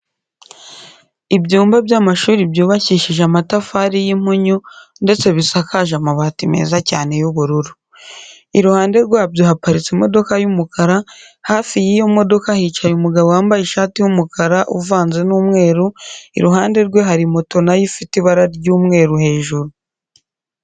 Ibyumba by'amashuri byubakishije amatafari y'impunyu ndetse bisakaje amabati meza cyane y'ubururu. Iruhande rwabyo haparitse imodoka y'umukara, hafi y'iyo modoka hicaye umugabo wambaye ishati y'umukara uvanze n'umweru, iruhande rwe hari moto nayo ifite ibara ry'umweru hejuru.